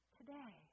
today